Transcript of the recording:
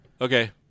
Okay